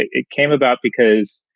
it it came about because,